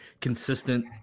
consistent